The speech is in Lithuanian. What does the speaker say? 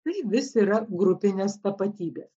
tai vis yra grupinės tapatybės